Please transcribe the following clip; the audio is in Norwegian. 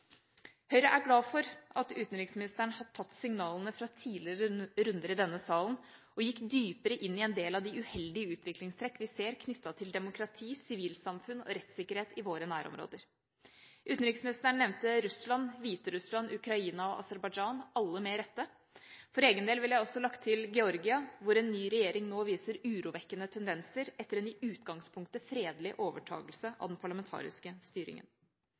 Høyre er glad for at utenriksministeren har tatt signalene fra tidligere runder i denne salen og gikk dypere inn i de uheldige utviklingstrekk vi ser knyttet til demokrati, sivilsamfunn og rettssikkerhet i våre nærområder. Utenriksministeren nevnte Russland, Hviterussland, Ukraina og Aserbajdsjan, alle med rette. For egen del ville jeg også ha lagt til Georgia, hvor en ny regjering nå viser urovekkende tendenser etter en i utgangspunktet fredelig overtakelse av den parlamentariske styringen.